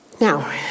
Now